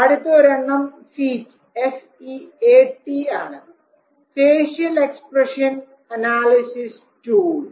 അടുത്ത ഒരെണ്ണം ഫീറ്റ് ആണ് ഫേഷ്യൽ എക്സ്പ്രഷൻ അനാലിസിസ് ടൂൾ